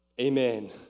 Amen